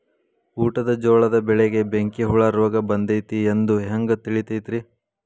ಊಟದ ಜೋಳದ ಬೆಳೆಗೆ ಬೆಂಕಿ ಹುಳ ರೋಗ ಬಂದೈತಿ ಎಂದು ಹ್ಯಾಂಗ ತಿಳಿತೈತರೇ?